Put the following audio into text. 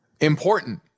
important